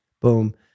boom